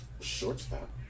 Shortstop